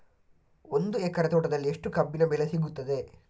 ಒಂದು ಎಕರೆ ತೋಟದಲ್ಲಿ ಎಷ್ಟು ಕಬ್ಬಿನ ಬೆಳೆ ಸಿಗುತ್ತದೆ?